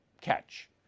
catch